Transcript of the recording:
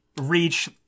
reach